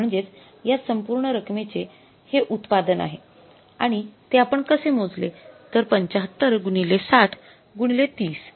म्हणजेच या संपूर्ण रक्कमेचे हे उत्पादन आहे आणि ते आपण कसे मोजले तर ७५ गुणिले ६० गुणिले ३०